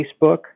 Facebook